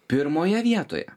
pirmoje vietoje